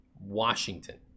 Washington